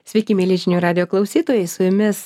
sveiki mieli žinių radijo klausytojai su jumis